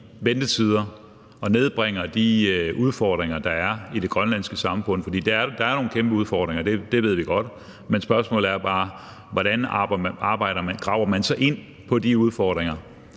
ventetider og nedbringer de udfordringer, der er i det grønlandske samfund. Så der er nogle kæmpe udfordringer, det ved vi godt. Men spørgsmålet er bare, hvordan man så graver sig ind på de udfordringer.